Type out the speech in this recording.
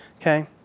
Okay